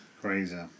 crazy